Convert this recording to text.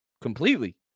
completely